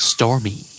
Stormy